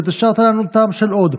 ואתה השארת לנו טעם של עוד.